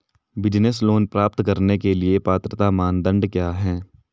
Business loan प्राप्त करने के लिए पात्रता मानदंड क्या हैं?